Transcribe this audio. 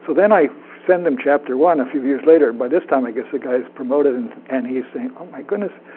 so then i send them chapter one a few years later. by this time, i guess the guy's promoted, and he's saying oh my goodness,